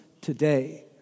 today